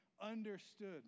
understood